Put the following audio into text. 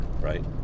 Right